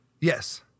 Yes